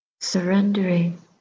surrendering